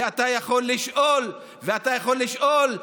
ואתה יכול לשאול, ואתה יכול לשאול,